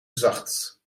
zacht